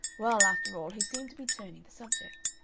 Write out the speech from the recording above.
well, after all, he seemed to be turning the subject.